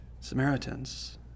Samaritans